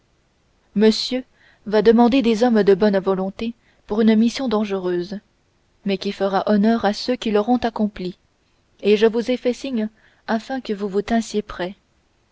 monsieur va demander des hommes de bonne volonté pour une mission dangereuse mais qui fera honneur à ceux qui l'auront accomplie et je vous ai fait signe afin que vous vous tinssiez prêt